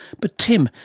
but tim,